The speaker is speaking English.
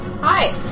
Hi